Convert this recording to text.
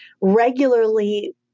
regularly